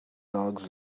dogs